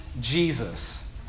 Jesus